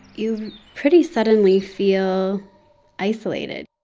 you pretty suddenly feel isolated.